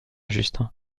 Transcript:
justin